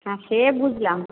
হ্যাঁ সে বুঝলাম